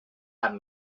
amb